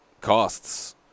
Costs